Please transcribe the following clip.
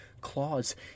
claws